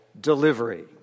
delivery